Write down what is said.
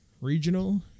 regional